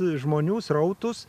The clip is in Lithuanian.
žmonių srautus